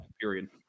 period